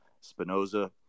Spinoza